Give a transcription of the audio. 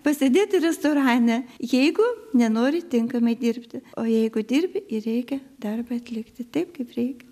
pasėdėti restorane jeigu nenori tinkamai dirbti o jeigu dirbi ir reikia darbą atlikti taip kaip reik